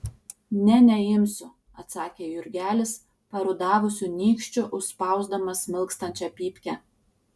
ne neimsiu atsakė jurgelis parudavusiu nykščiu užspausdamas smilkstančią pypkę